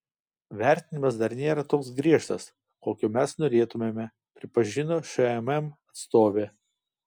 vertinimas dar nėra toks griežtas kokio mes norėtumėme pripažino šmm atstovė